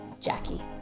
Jackie